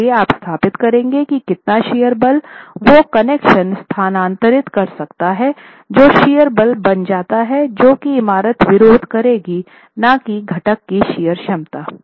इसलिए आप स्थापित करेंगे कि कितना शियर बल वो कनेक्शन स्थानांतरित कर सकता है जो शियर बल बन जाता है जो कि इमारत विरोध करेगी न की घटक की शियर क्षमता